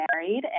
married